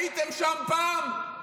הייתם שם פעם?